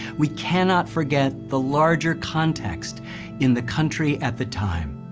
we cannot forget the larger context in the country at the time.